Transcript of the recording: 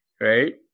right